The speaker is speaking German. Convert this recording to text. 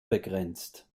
begrenzt